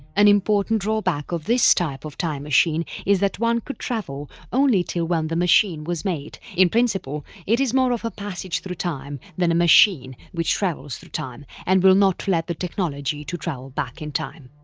an important drawback of this type of time machine is that one could travel only till when the machine was made, in principle it is more of a passage through time than a machine which travels through time and will not let the technology to travel back in time.